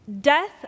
death